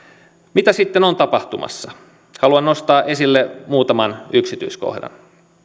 mitä sitten on tapahtumassa haluan nostaa esille muutaman yksityiskohdan